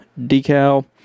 decal